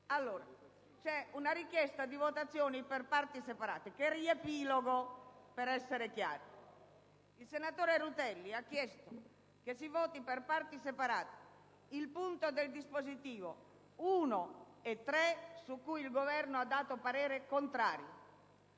c'è una richiesta di votazione per parti separate che riepilogo per essere chiari. Il senatore Rutelli ha chiesto che si votino per parti separate i capoversi primo e terzo del dispositivo, su cui il Governo ha dato parere contrario.